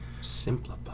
simplify